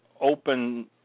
open